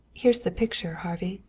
here's the picture, harvey.